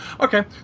Okay